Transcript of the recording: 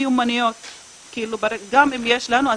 גם אם יש לנו,